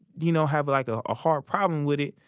you know, have like a hard problem with it,